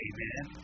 Amen